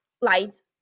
lights